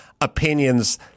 opinions